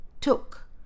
took